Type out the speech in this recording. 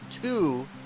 two